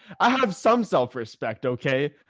i have some self-respect. okay.